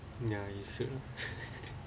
no you shouldn't